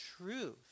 truth